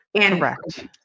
Correct